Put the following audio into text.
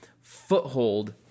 foothold